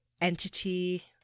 entity